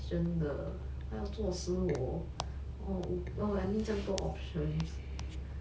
为什么为什么这个这样多 question 的他要做死我